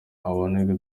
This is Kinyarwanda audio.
abone